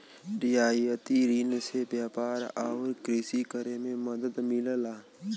रियायती रिन से व्यापार आउर कृषि करे में मदद मिलला